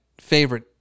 favorite